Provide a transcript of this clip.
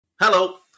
Hello